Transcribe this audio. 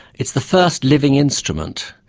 it's the first living instrument,